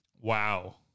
Wow